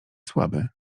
słaby